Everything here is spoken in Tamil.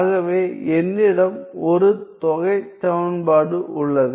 ஆகவே என்னிடம் ஒரு தொகைச் சமன்பாடு உள்ளது